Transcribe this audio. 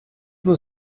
nur